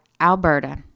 Alberta